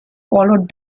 followed